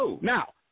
Now